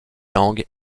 langues